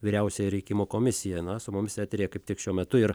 vyriausiąją rinkimų komisiją na su mumis eteryje kaip tik šiuo metu ir